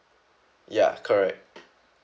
ya correct